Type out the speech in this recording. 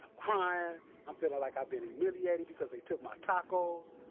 i'm crying. i'm feeling like i've been humiliated because they took my tacos.